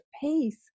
peace